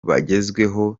bagezweho